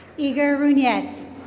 egar roonyetz.